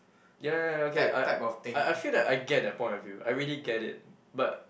ya ya ya okay I I I feel that I get that point of view I really get it but